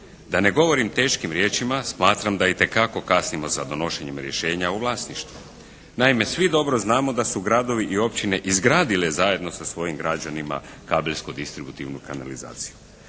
Da ne govorim teškim riječima smatram da itekako kasnimo sa donošenjem rješenja o vlasništvu. Naime svi dobro znamo da su gradovi i općine izgradile zajedno sa svojim građanima kabelsko-distributivnu organizaciju.